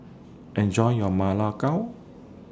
Enjoy your Ma Lai Gao